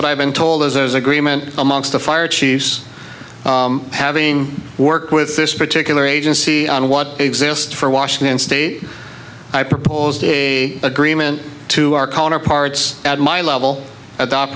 what i've been told there's agreement amongst the fire chiefs having worked with this particular agency on what exist for washington state i proposed a agreement to our counterparts at my level a